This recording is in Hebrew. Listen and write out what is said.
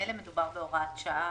ממילא מדובר בהוראת שעה